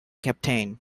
captain